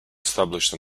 established